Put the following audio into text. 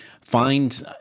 find